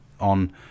on